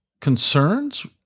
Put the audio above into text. concerns